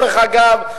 דרך אגב,